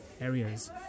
areas